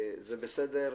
זה בסדר.